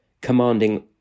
commanding